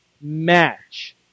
match